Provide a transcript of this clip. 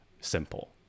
simple